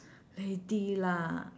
lady lah